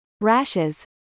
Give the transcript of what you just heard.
rashes